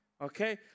okay